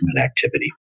activity